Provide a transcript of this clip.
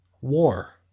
War